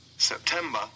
September